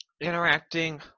interacting